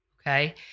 Okay